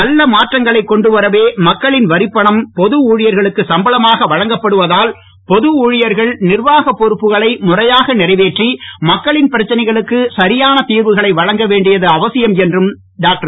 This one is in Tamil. நல்ல மாற்றங்களை கொண்டு வரவே மக்களின் வரிப்பணம் பொது ஊழியர்களுக்கு சம்பளமாக வழங்கப்படுவதால் பொது ஊழியர்கள் நிர்வாக பொறுப்புகளை முறையாக நிறைவேற்றி மக்களின் பிரச்னைகளுக்கு சரியான திர்வுகளை வழங்க வேண்டியது அவசியம் என்றும் டாக்டர்